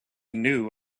knew